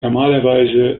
normalerweise